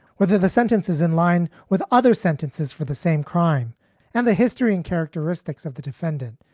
whether the sentence is in line with other sentences for the same crime and the history and characteristics of the defendant.